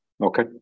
Okay